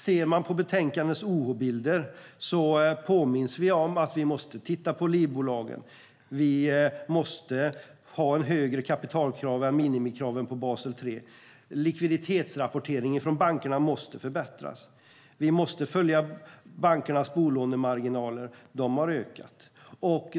Ser vi på betänkandets OH-bilder påminns vi om att vi måste titta på livbolagen. Vi måste ha högre kapitalkrav än minimikraven i Basel III. Likviditetsrapporteringen från bankerna måste förbättras. Vi måste följa bankernas bolånemarginaler, som har ökat.